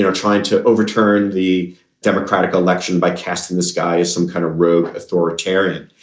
and trying to overturn the democratic election by casting the sky as some kind of rogue authoritarian.